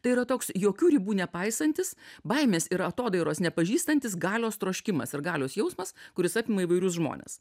tai yra toks jokių ribų nepaisantis baimės ir atodairos nepažįstantis galios troškimas ir galios jausmas kuris apima įvairius žmones